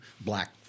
black